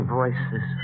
voices